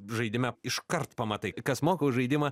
žaidime iškart pamatai kas moka už žaidimą